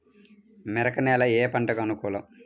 మెరక నేల ఏ పంటకు అనుకూలం?